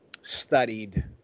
studied